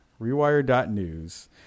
rewire.news